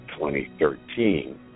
2013